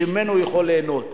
שממנו הוא יכול ליהנות,